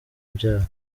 ibyaha